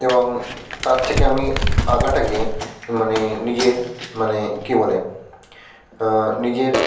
এবং তার থেকে আমি আঁকাটাকে মানে নিজের মানে কী বলে নিজের